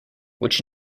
which